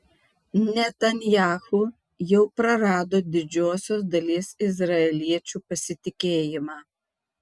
netanyahu jau prarado didžiosios dalies izraeliečių pasitikėjimą